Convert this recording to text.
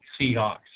Seahawks